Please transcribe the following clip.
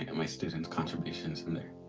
my students' contributions in there.